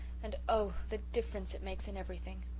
and oh, the difference it makes in everything!